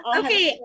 okay